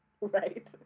Right